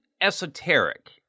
esoteric